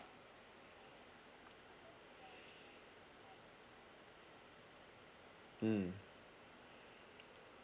mm